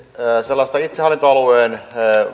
sellaista hyvää itsehallintoalueen